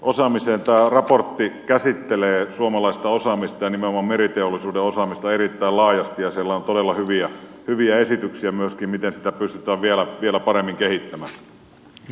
tämä raportti käsittelee suomalaista osaamista ja nimenomaan meriteollisuuden osaamista erittäin laajasti ja siellä on todella hyviä esityksiä myöskin miten sitä pystytään vielä paremmin kehittämään